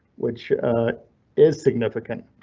which is significant.